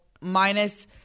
minus